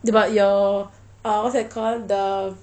about your ah what's that called the